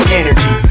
energy